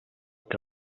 que